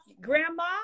grandma